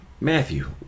Matthew